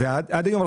עד היום,